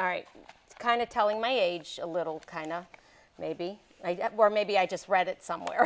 it's kind of telling my age a little kind of maybe maybe i just read it somewhere